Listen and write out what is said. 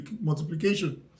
multiplication